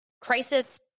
crisis